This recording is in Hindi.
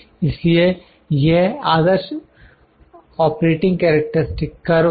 इसलिए यह आदर्श ऑपरेटिंग कैरेक्टरिक्स्टिक्स करव है